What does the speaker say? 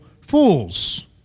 fools